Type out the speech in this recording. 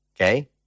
okay